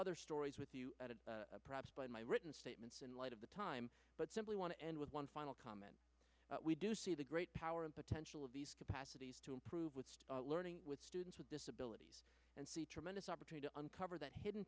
other stories with you perhaps by my written statements in light of the time but simply want to end with one final comment we do see the great power and potential of these capacities to improve with learning with students with disabilities and see tremendous opportunity uncover that hidden